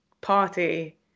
party